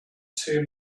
two